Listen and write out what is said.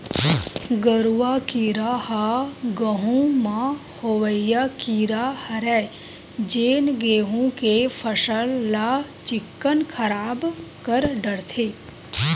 गरुआ कीरा ह गहूँ म होवइया कीरा हरय जेन गेहू के फसल ल चिक्कन खराब कर डरथे